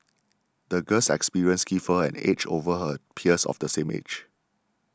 the girl's experiences gave her an edge over her peers of the same age